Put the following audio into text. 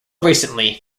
recently